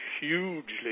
hugely